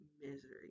misery